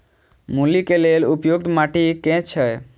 मूली केँ लेल उपयुक्त माटि केँ छैय?